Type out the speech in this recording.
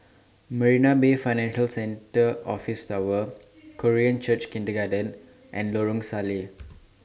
Marina Bay Financial Centre Office Tower Korean Church Kindergarten and Lorong Salleh